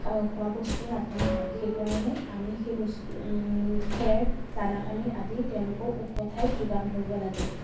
খোৱা বস্তুৰ নাটনি হয় সেইকাৰণে আমি সেই বস্তু খেৰ দানা পানী আদি তেওঁলোকক ওখ ঠাইত যোগান ধৰিব লাগে